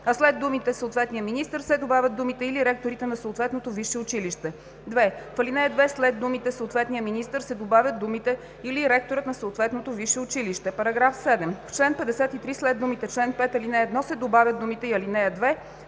а след думите „съответния министър“ се добавят думите „или ректора на съответното висше училище“; 2. В ал. 2 след думите „съответният министър“ се добавят думите „или ректорът на съответното висше училище“. § 7. В чл. 53 след думите „чл. 5, ал. 1“ се добавят думите „и ал. 2“.